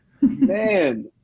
Man